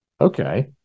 Okay